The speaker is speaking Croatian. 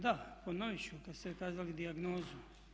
Da, ponoviti ću kada ste kazali dijagnozu.